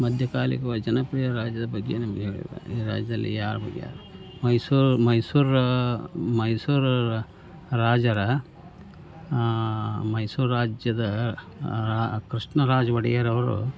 ಮಧ್ಯ ಕಾಲಿಕವ ಜನಪ್ರಿಯ ರಾಜರ ಬಗ್ಗೆ ನನಗೆ ಹೇಳ್ಬೇಕು ಈ ರಾಜ್ಯದಲ್ಲಿ ಯಾರ ಬಗ್ಗೆ ಮೈಸೂರು ಮೈಸೂರು ರಾಜರ ಮೈಸೂರು ರಾಜ್ಯದ ಕೃಷ್ಣರಾಜ ಒಡೆಯರವರು